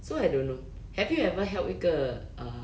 so I don't know have you ever helped 一个